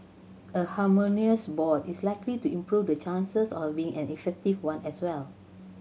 a harmonious board is likely to improve the chances of it being an effective one as well